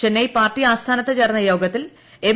Chennai party ആസ്ഥാനത്ത് ചേർന്ന യോഗത്തിൽ എം